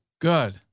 Good